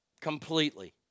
Completely